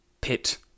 pit